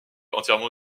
entièrement